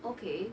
okay